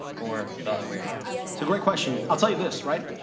or the other way around. it's a great question i'll tell you this, right,